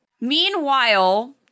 Meanwhile